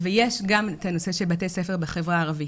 ויש גם את הנושא של בתי הספר בחברה הערבית.